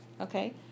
Okay